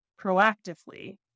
proactively